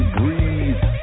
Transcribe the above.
breathe